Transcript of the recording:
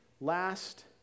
last